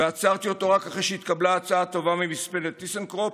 ועצרתי אותו רק אחרי שהתקבלה הצעה טובה ממספנת טיסנקרופ,